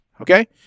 Okay